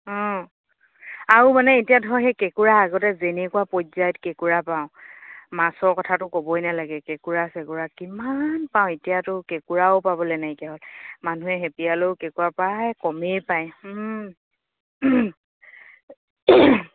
অঁ আৰু মানে এতিয়া ধৰ সেই কেঁকোৰা আগতে যেনেকুৱা পৰ্যায়ত কেঁকোৰা পাওঁ মাছৰ কথাটো ক'বই নালাগে কেঁকোৰা চেকুৰা কিমান পাওঁ এতিয়াতো কেঁকোৰাও পাবলৈ নাইকীয়া হ'ল মানুহে সেপিয়ালেও কেঁকোৰা প্ৰায় কমেই পায়